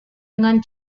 dengan